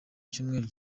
cyumweru